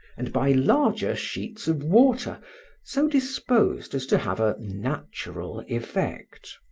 and by larger sheets of water so disposed as to have a natural effect.